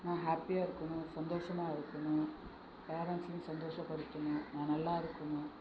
நான் ஹேப்பியாக இருக்கணும் சந்தோஷமாக இருக்கணும் பேரன்ட்ஸையும் சந்தோஷப்படுத்தணும் நான் நல்லா இருக்கணும்